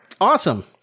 awesome